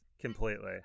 completely